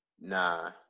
Nah